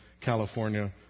California